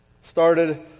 started